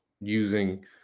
using